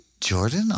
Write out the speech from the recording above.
Jordan